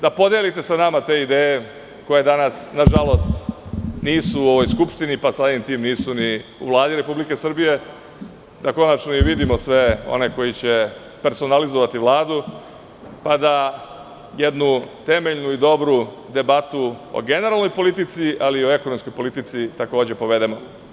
Da podelite sa nama te ideje koje danas, nažalost, nisu u ovoj Skupštini, pa samim nisu ni u Vladi Republike Srbije, da konačno i vidimo sve one koji će personalizovati Vladu, pa da jednu temeljnu i dobru debatu o generalnoj politici, ali i ekonomskoj politici takođe povedemo.